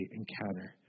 encounter